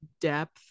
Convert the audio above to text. depth